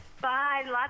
Bye